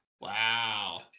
Wow